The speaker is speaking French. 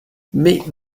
mais